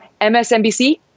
MSNBC